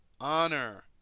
Honor